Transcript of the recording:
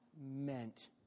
meant